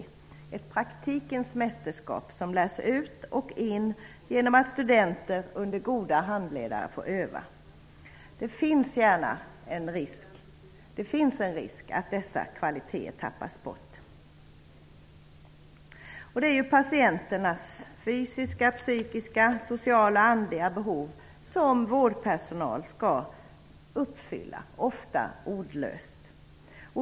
Det är ett praktikens mästerskap, som lärs ut och in genom att studenter får öva under goda handledare. Det finns en risk att dessa kvaliteter tappas bort. Det är patienternas fysiska, psykiska, sociala och andliga behov som vårdpersonalen skall uppfylla, ofta ordlöst.